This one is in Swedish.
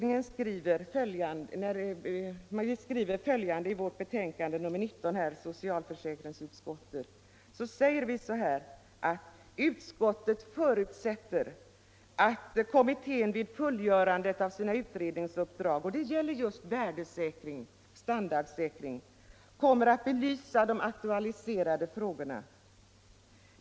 I socialförsäkringsutskottets betänkande nr 19 skriver vi: ”Utskottet förutsätter att kommittén vid fullgörandet av detta utredningsuppdrag” — det gäller standardsäkring av pensionerna —- ”kommer att belysa de aktualiserade frågorna.